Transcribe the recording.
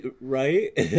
right